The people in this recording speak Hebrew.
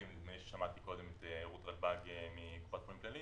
שמעתי קודם את רות מקופת חולים כללית,